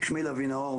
שמי לביא נאור,